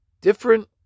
different